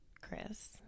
Chris